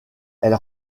elle